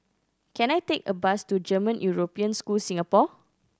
can I take a bus to German European School Singapore